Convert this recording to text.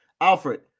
Alfred